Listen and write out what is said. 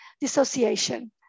dissociation